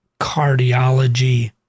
cardiology